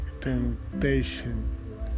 temptation